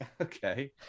Okay